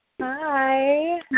Hi